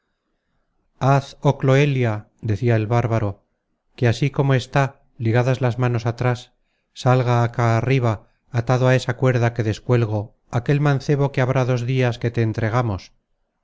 haz joh cloelia decia el bárbaro que así como está ligadas las manos atras salga acá arriba atado á esa cuerda que descuelgo aquel mancebo que habrá dos dias que te entregamos